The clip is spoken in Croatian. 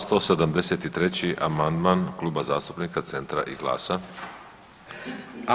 172 amandman Kluba zastupnika Centra i GLAS-a.